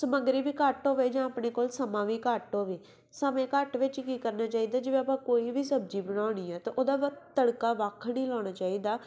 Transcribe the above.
ਸਮੱਗਰੀ ਵੀ ਘੱਟ ਹੋਵੇ ਜਾਂ ਆਪਣੇ ਕੋਲ ਸਮਾਂ ਵੀ ਘੱਟ ਹੋਵੇ ਸਮੇਂ ਘੱਟ ਵਿੱਚ ਕੀ ਕਰਨਾ ਚਾਹੀਦਾ ਜਿਵੇਂ ਆਪਾਂ ਕੋਈ ਵੀ ਸਬਜ਼ੀ ਬਣਾਉਣੀ ਹੈ ਤਾਂ ਉਹਦਾ ਵਾ ਤੜਕਾ ਵੱਖ ਨਹੀਂ ਲਾਉਣਾ ਚਾਹੀਦਾ